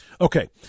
Okay